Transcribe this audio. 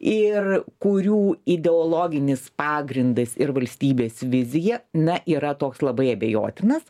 ir kurių ideologinis pagrindas ir valstybės vizija na yra toks labai abejotinas